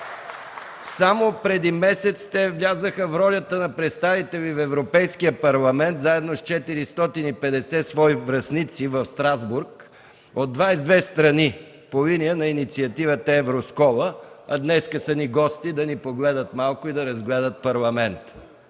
Само преди месец те влязоха в ролята на представители в Европейския парламент, заедно с 450 свои връстници, в Страсбург – от 22 страни, по линия на инициативата „Евроскола”, а днес са ни гости – да ни погледат малко и да разгледат Парламента.